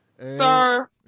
Sir